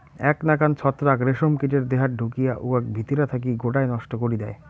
এ্যাক নাকান ছত্রাক রেশম কীটের দেহাত ঢুকিয়া উয়াক ভিতিরা থাকি গোটায় নষ্ট করি দ্যায়